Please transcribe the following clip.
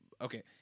Okay